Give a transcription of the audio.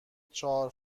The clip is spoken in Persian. چهار